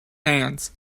hands